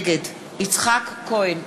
נגד יצחק כהן,